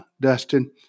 Dustin